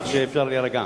כך שאפשר להירגע.